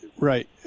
Right